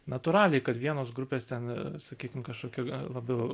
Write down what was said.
natūraliai kad vienos grupės ten sakykim kažkokiu labiau